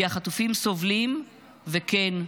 כי החטופים סובלים וכן,